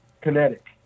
kinetic